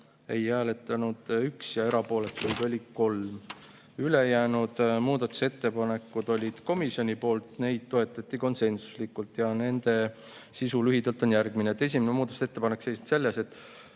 ei hääletanud 1 ja erapooletuid oli 3. Ülejäänud muudatusettepanekud olid komisjonilt, neid toetati konsensuslikult ja nende sisu on lühidalt järgmine. Esimene muudatusettepanek seisneb selles, et